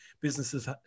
businesses